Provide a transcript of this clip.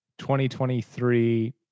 2023